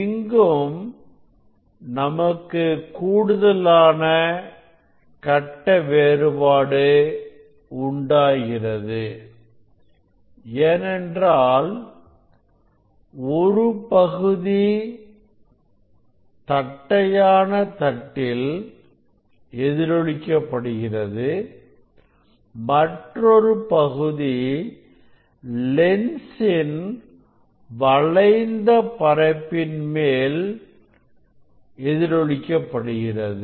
இங்கும் நமக்கு கூடுதலான கட்ட வேறுபாடு உண்டாகிறது ஏனென்றால் ஒரு பகுதி தட்டையான தட்டில் எதிரொலிக்க படுகிறது மற்றொரு பகுதி லென்ஸின் வளைந்த பரப்பின் மேல் பரப்பில் எதிரொலிக்க படுகிறது